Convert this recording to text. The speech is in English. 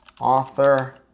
author